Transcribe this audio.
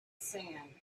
sand